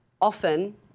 often